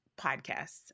Podcasts